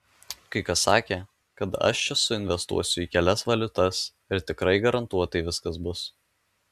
kai kas sakė kad aš čia suinvestuosiu į kelias valiutas ir tikrai garantuotai viskas bus